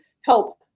help